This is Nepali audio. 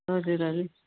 हजुर हजुर